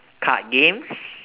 card games